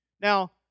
Now